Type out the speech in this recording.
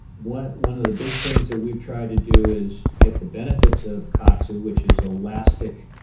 one one of the big things that we've tried to do is get the benefits of kaatsu which is elastic,